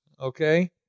Okay